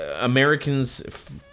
Americans